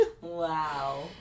Wow